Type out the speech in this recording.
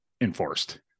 enforced